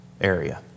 area